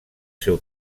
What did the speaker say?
seu